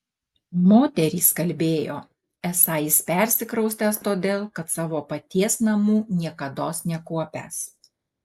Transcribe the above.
moterys kalbėjo esą jis persikraustęs todėl kad savo paties namų niekados nekuopęs